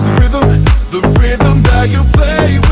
rhythm the rhythm that you play